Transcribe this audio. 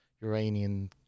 uranian